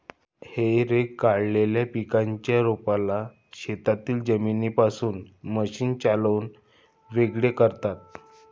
हेई रेक वाळलेल्या पिकाच्या रोपाला शेतातील जमिनीपासून मशीन चालवून वेगळे करतात